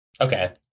Okay